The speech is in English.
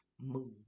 move